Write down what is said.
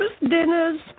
dinners